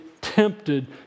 tempted